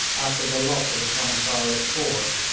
after the loss of the commissariat fort,